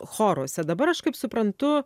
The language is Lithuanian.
choruose dabar aš kaip suprantu